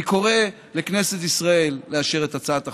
אני קורא לכנסת ישראל לאשר את הצעת החוק.